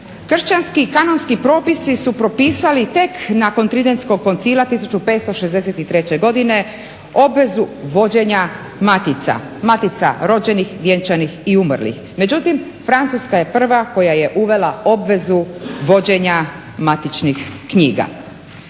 Kršćanski kanonski propisi su propisali tek nakon Tridentskog koncila 1563. godine obvezu vođenja matica, matica rođenih, vjenčanih i umrlih. Međutim, Francuska je prva koja je uvela obvezu vođenja matičnih knjiga.